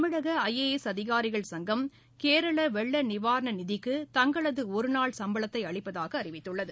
தமிழக I A S அதிகாரிகள் சங்கம் கேரள வெள்ள நிவாரண நிதிக்கு தங்களது ஒருநாள் சம்பளத்தை அளிப்பதாக அறிவித்துள்ளது